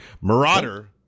Marauder